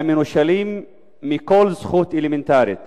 המנושלים מכל זכות אלמנטרית